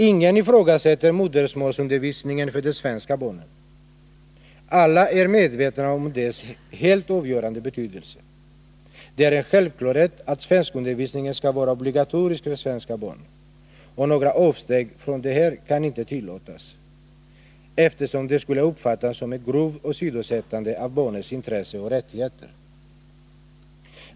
Ingen ifrågasätter modersmålsundervisningen för de svenska barnen. Alla är medvetna om dess avgörande betydelse. Det är en självklarhet att svenskundervisningen skall vara obligatorisk för svenska barn. Några avsteg härifrån kan inte tillåtas — det skulle uppfattas som ett grovt åsidosättande av barnens intressen och rättigheter.